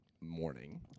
morning